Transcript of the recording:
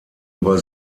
über